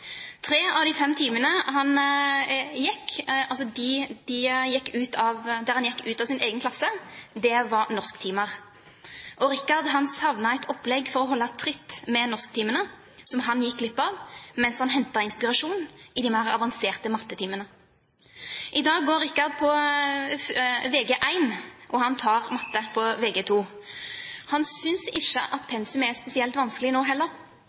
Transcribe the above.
Tre av de fem timene han gikk ut av egen klasse, var norsktimer. Richard savnet et opplegg for å holde tritt med norsktimene som han gikk glipp av, mens han hentet inspirasjon i de mer avanserte mattetimene. I dag går Richard på Vg1, og han tar matte på Vg2. Han synes ikke pensum er spesielt vanskelig nå heller.